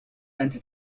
أنت